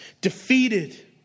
defeated